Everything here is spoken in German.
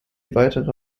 weitere